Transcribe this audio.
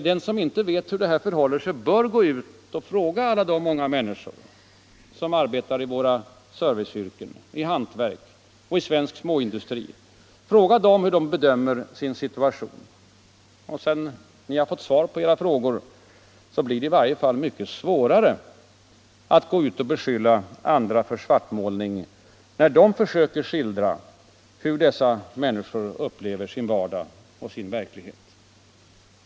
Den som inte vet hur det här förhåller sig bör gå ut och fråga alla de många människor som arbetar i våra serviceyrken, i hantverk och svensk småindustri hur de bedömer sin situation. Sedan ni väl fått svar på era frågor, blir det i varje fall mycket svårare att beskylla andra för svartmålning, när de försöker skildra hur dessa människor upplever sin vardag och sin verklighet.